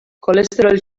kolesterol